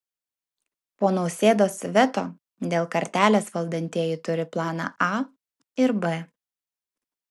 po nausėdos veto dėl kartelės valdantieji turi planą a ir b